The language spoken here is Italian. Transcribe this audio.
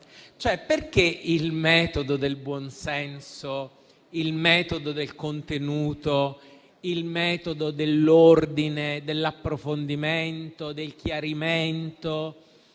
Perché il metodo del buonsenso, il metodo del contenuto, il metodo dell'ordine, dell'approfondimento, del chiarimento,